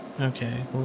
Okay